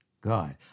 God